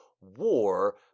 war